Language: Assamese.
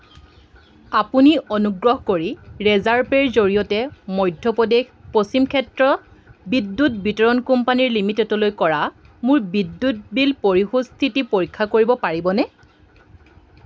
আপুনি অনুগ্ৰহ কৰি ৰেজাৰপেৰ জৰিয়তে মধ্যপ্ৰদেশ পশ্চিম ক্ষেত্ৰ বিদ্যুৎ বিতৰণ কোম্পানী লিমিটেডলৈ কৰা মোৰ বিদ্যুৎ বিল পৰিশোধ স্থিতি পৰীক্ষা কৰিব পাৰিবনে